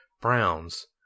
Browns